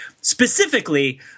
specifically